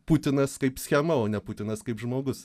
putinas kaip schema o ne putinas kaip žmogus